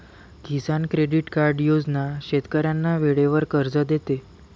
किसान credit card योजना शेतकऱ्यांना वेळेवर कर्ज देते